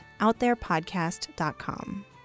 outtherepodcast.com